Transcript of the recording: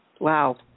Wow